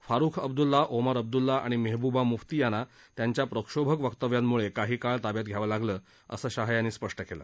फारूख अब्द्रल्ला ओमर अब्द्रल्ला आणि मेहब्बा म्फ्ती यांना त्यांच्या प्रक्षोभक वक्तव्यांम्ळे काही काळ ताब्यात घ्यावं लागलं असं शहा यांनी सांगितलं